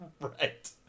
right